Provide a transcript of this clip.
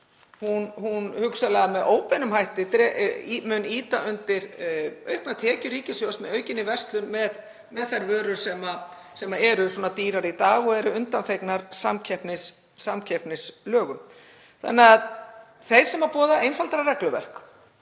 mun hugsanlega með óbeinum hætti ýta undir auknar tekjur ríkissjóðs með aukinni verslun með þær vörur sem eru dýrari í dag og eru undanþegnar samkeppnislögum. Þeir sem boða einfaldara regluverk,